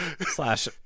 Slash